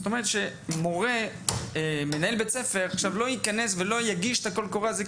זאת אומרת שמנהל בית ספר לא ייכנס ויגיש את הקול הקורא הזה,